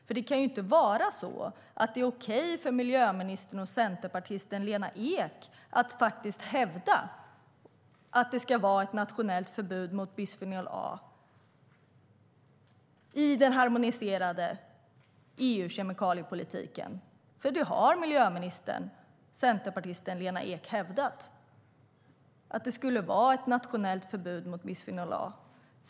För det kan ju inte vara så att det är okej för miljöministern och centerpartisten Lena Ek att hävda att det ska vara ett nationellt förbud mot bisfenol A i den harmoniserade EU-kemikaliepolitiken. Miljöministern och centerpartisten Lena Ek har ju hävdat att det skulle vara ett nationellt förbud mot bisfenol A.